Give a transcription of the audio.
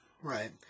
Right